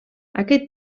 aquest